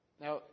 Now